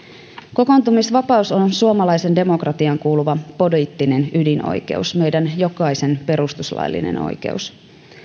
kokoontumisvapaus on suomalaiseen demokratiaan kuuluva poliittinen ydinoikeus meidän jokaisen perustuslaillinen oikeus oikeus